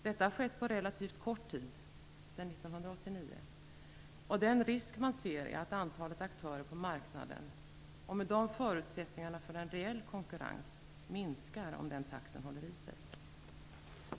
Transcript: Detta har skett på relativt kort tid, sedan 1989, och den risk man ser är att antalet aktörer på marknaden och med dem förutsättningarna för en reell konkurrens minskar, om takten håller i sig.